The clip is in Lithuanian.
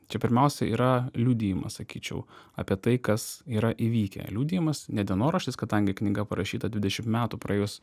čia pirmiausia yra liudijimas sakyčiau apie tai kas yra įvykę liudijimas ne dienoraštis kadangi knyga parašyta dvidešimt metų praėjus